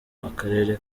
akarere